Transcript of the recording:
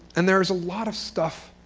and there is a lot of stuff